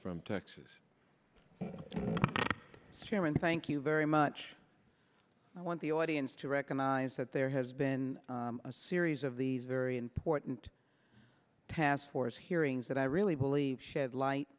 from texas chairman thank you very much i want the audience to recognize that there has been a series of these very important task force hearings that i really believe shed light